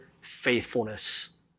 faithfulness